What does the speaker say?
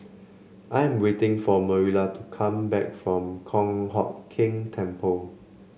I am waiting for Marilla to come back from Kong Hock Keng Temple